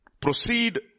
proceed